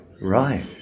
Right